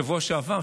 בשבוע שעבר,